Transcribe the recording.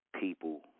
people